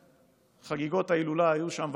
וחגיגות ההילולה היו שם,